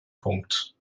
punkt